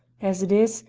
as it is,